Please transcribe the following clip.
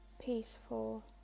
peaceful